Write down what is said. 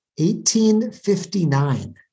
1859